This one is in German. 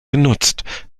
genutzt